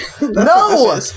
No